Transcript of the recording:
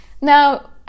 Now